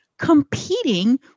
competing